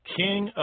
king